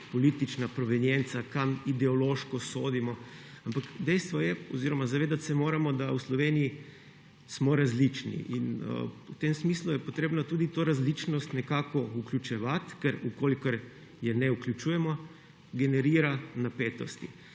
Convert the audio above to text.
politična provenienca, kam ideološko sodimo, ampak zavedati se moramo, da v Sloveniji smo različni. V tem smislu je treba tudi to različnost nekako vključevati, ker če je ne vključujemo, generira napetosti.